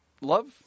love